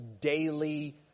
daily